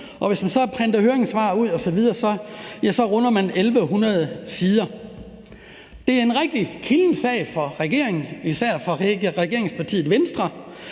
og hvis man tæller høringssvar med osv., runder man 1.100 sider. Det er en rigtig kilden sag for regeringen, især for regeringspartiet Venstre,